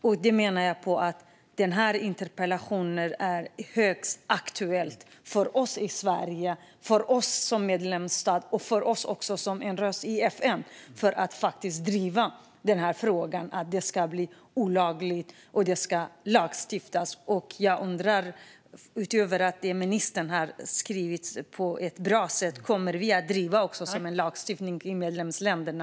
Jag menar att denna interpellation är högst aktuell för oss i Sverige, för oss som medlemsstat och för oss som en röst i FN när det gäller att driva frågan att detta ska bli olagligt. Jag undrar om vi, utöver det som ministern uttryckte på ett bra sätt, kommer att driva på för en lagstiftning i medlemsländerna.